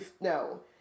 no